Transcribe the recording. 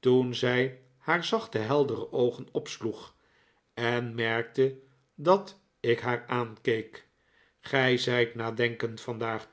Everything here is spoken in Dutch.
toen zij haar zachte heldere oogen opsloeg en merkte dat ik haar aankeek gij zijt nadenkend vandaag